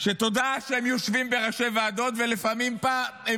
תודה שהם יושבים בראשי ועדות ומדי פעם הם